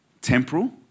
temporal